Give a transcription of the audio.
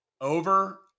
Over